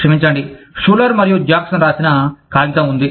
క్షమించండి షులర్ మరియు జాక్సన్ రాసిన కాగితం ఉంది